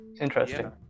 interesting